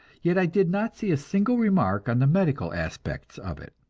yet i did not see a single remark on the medical aspects of it